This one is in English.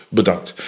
bedankt